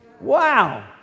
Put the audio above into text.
Wow